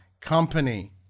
company